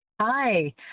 Hi